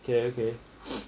okay okay